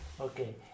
Okay